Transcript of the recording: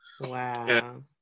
Wow